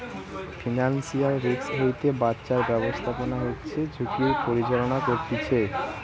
financial risk হইতে বাঁচার ব্যাবস্থাপনা হচ্ছে ঝুঁকির পরিচালনা করতিছে